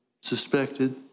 suspected